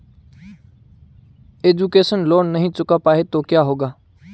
Education loan नहीं चुका पाए तो क्या होगा?